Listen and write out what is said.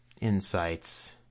insights